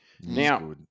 Now